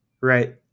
Right